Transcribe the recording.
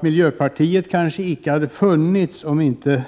Miljöpartiet hade kanske inte funnits om inte